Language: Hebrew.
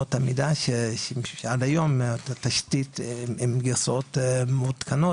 אמות המידה שעד היום הם גרסאות מעודכנות